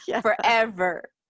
forever